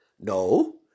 No